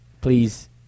please